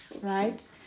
Right